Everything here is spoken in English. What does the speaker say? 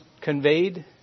conveyed